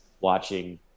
watching